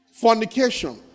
fornication